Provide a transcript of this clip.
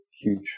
huge